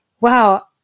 wow